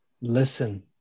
listen